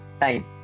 time